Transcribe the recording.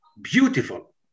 Beautiful